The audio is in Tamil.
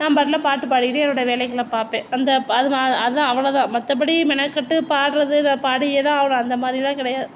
நான் பாட்டுல பாட்டு பாடிக்கிட்டு என்னோடய வேலைகளை பார்ப்பேன் அந்த அதுதான் அவ்வளோதான் மற்றபடி மெனக்கட்டு பாடுறது நான் பாடியேதான் ஆகணும் அந்தமாதிரிலான் கிடையாது